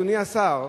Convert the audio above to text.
אדוני השר,